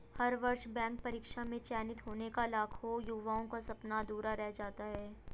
हर वर्ष बैंक परीक्षा में चयनित होने का लाखों युवाओं का सपना अधूरा रह जाता है